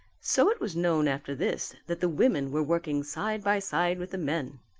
so it was known after this that the women were working side by side with the men.